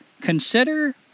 consider